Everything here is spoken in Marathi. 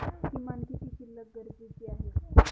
किमान किती शिल्लक गरजेची आहे?